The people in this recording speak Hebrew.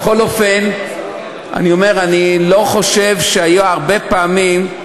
בכל אופן, אני אומר שאני לא חושב שהיו הרבה פעמים,